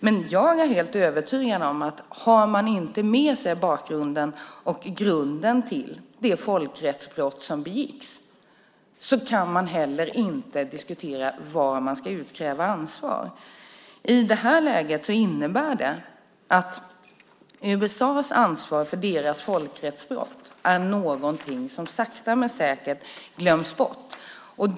Men jag är helt övertygad om att har man inte med sig bakgrunden och grunden till de folkrättsbrott som begicks kan man inte heller diskutera var man ska utkräva ansvar. I det här läget innebär det att USA:s ansvar för folkrättsbrott är någonting som sakta men säkert glöms bort.